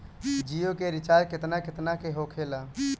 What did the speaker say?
जियो के रिचार्ज केतना केतना के होखे ला?